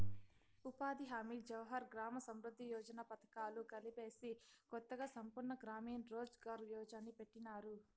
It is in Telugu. ఉపాధి హామీ జవహర్ గ్రామ సమృద్ది యోజన పథకాలు కలిపేసి కొత్తగా సంపూర్ణ గ్రామీణ రోజ్ ఘార్ యోజన్ని పెట్టినారు